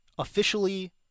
officially